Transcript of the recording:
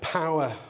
power